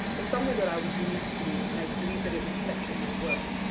it's something that i would do naturally, and i believe that it reflects on my work.